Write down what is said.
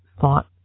thought